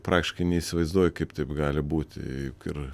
praktiškai neįsivaizduoju kaip taip gali būti ir